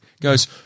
goes